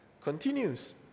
continues